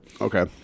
Okay